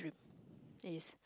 it's